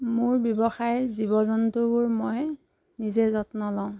মোৰ ব্যৱসায়ত জীৱ জন্তুবোৰ মই নিজে যত্ন লওঁ